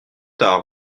tard